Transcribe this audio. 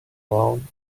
down